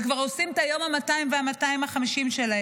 וכבר עושים את היום ה-200 וה-250 שלהם,